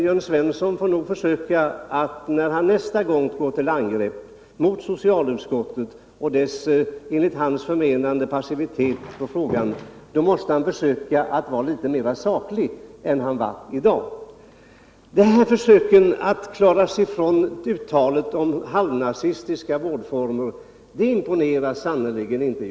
Jörn Svensson får nog försöka att nästa gång han går till angrepp mot socialutskottet och dess, enligt hans förmenande, passivitet försöka att vara litet mera saklig än han var i dag. Jörn Svenssons försök att klara sig ifrån sitt uttalande om halvnazistiska vårdformer imponerar sannerligen inte.